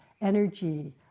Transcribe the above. energy